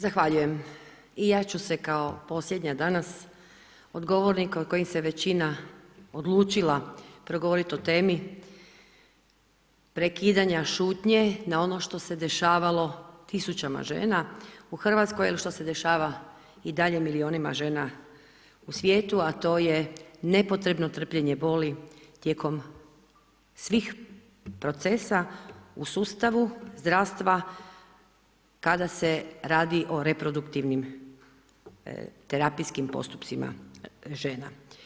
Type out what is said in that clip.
Zahvaljujem i ja ću se kao posljednja danas od govornika od kojih se većina odlučila progovorit o temi prekidanja šutnje na ono što se dešavalo tisućama žena u Hrvatskoj il što se dešava i dalje milionima žena u svijetu, a to je nepotrebno trpljenje boli tijekom svih procesa u sustavu zdravstva kada se radi o reproduktivnim terapijskim postupcima žena.